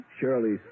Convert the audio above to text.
Shirley's